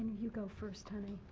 you go first, honey.